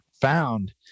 found